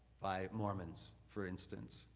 by mormons, for instance,